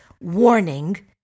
Warning